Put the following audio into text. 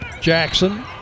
Jackson